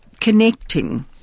connecting